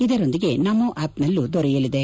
ಇದರೊಂದಿಗೆ ನಮೋ ಆ್ಯಪ್ನಲ್ಲೂ ದೊರೆಯಲಿದೆ